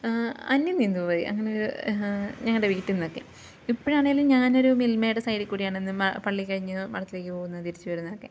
അന്യം നിന്നു പോയി അങ്ങനെയൊരു ഞങ്ങളുടെ വീട്ടിൽ നിന്നൊക്കെ ഇപ്പോഴാണെങ്കിലും ഞാനൊരു മിൽമയുടെ സൈഡിൽ കൂടിയണമെന്ന് മ പള്ളിക്കഴിഞ്ഞ് മഠത്തിലേക്ക് പോകുന്ന തിരിച്ച് വരുന്നതൊക്കെ